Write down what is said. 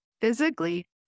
physically